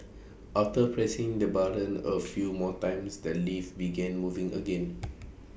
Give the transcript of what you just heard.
after pressing the button A few more times the lift began moving again